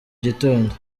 gitondo